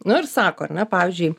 nu ir sako ar ne pavyzdžiui